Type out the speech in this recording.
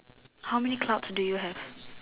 how many clouds do you have